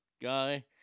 Guy